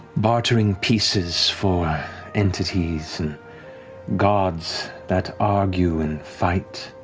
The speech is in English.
bartering pieces for entities and gods that argue and fight.